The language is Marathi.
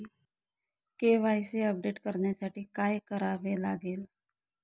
के.वाय.सी अपडेट करण्यासाठी काय करावे लागेल?